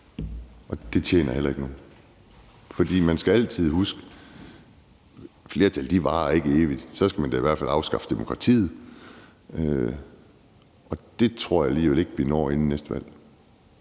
Og det tjener heller ikke nogen, for man skal altid huske, at flertal ikke varer evigt – så skal man da i hvert fald afskaffe demokratiet, og det tror jeg alligevel ikke vi når inden næste valg.